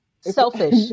Selfish